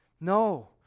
No